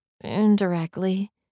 Indirectly